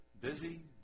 busy